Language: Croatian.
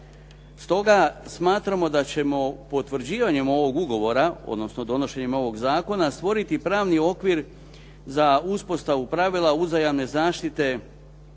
Stoga, smatramo da ćemo potvrđivanjem ovog ugovora odnosno donošenjem ovoga zakona stvoriti pravni okvir za uspostavu pravila uzajamne zaštite